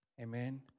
Amen